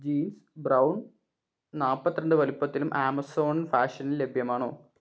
jeans brown നാൽപ്പത്തിരണ്ട് വലുപ്പത്തിലും Amazon ഫാഷൻൽ ലഭ്യമാണോ